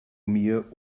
mir